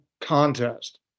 contest